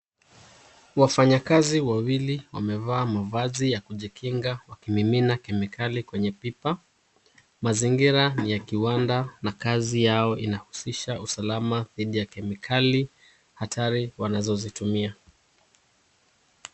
Wafanyikazi wawili wamevaa mavazi ya kujikinga wakimimina kemikali kwenye pipa. Mazingira ni ya kiwanda na kazi yao inahusisha usalama dhidi ya kemikali hatari wanazozitumia.